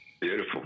Beautiful